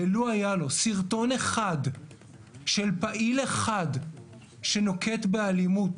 ולו היה לו סרטון אחד של פעיל אחד שנוקט באלימות